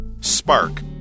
Spark